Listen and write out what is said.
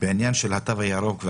בעניין התו הירוק.